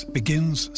begins